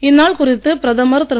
இந்நாள் குறித்து பிரதமர் திரு